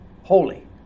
holy